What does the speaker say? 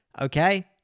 Okay